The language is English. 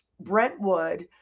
Brentwood